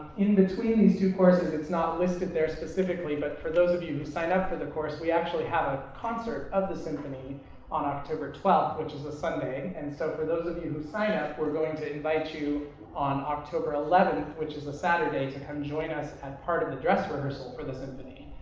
in between these two courses, it's not listed there specifically, but for those of you who sign up for the course, we actually have a concert of the symphony on october twelfth, which is a sunday. and so for those of you who sign up, we're going to invite you on october eleventh, which is a saturday, to come join us at and part of the dress rehearsal for the symphony.